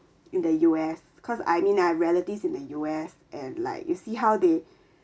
in the U_S because I mean I have relatives in the U_S and like you see how they